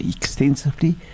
Extensively